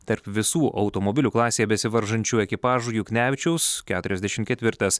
tarp visų automobilių klasėje besivaržančių ekipažų juknevičiaus keturiasdešim ketvirtas